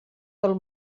del